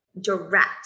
direct